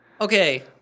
okay